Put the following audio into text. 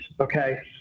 okay